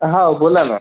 हा बोला ना